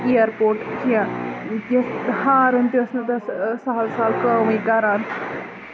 اِیر port کیٚنہہ یۄس ہارَن تہِ ٲس سَہل سہَل کٲمے کران